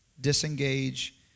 disengage